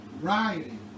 rioting